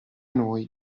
noi